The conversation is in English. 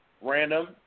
Random